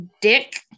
dick